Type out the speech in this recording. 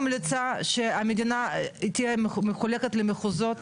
ממליצה שהמדינה תהיה מחולקת למחוזות,